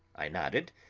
i nodded,